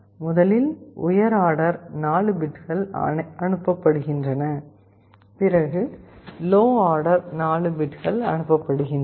முதலில் உயர் ஆர்டர் 4 பிட்கள் அனுப்பப்படுகின்றன பிறகு லோ ஆர்டர் 4 பிட்கள் அனுப்பப்படுகின்றன